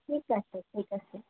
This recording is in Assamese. ঠিক আছে ঠিক আছে